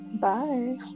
Bye